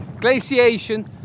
glaciation